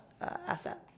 asset